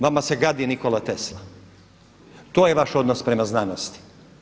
Vama se gadi Nikola Tesla, to je vaš odnos prema znanosti.